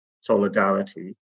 solidarity